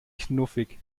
knuffig